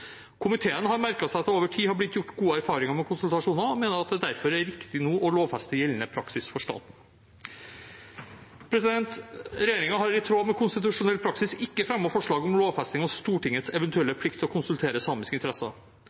Komiteen har merket seg at det over tid har blitt gjort gode erfaringer med konsultasjoner, og mener at det derfor er riktig nå å lovfeste gjeldende praksis for staten. Regjeringen har i tråd med konstitusjonell praksis ikke fremmet forslag om lovfesting av Stortingets eventuelle plikt til å konsultere samiske interesser.